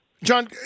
John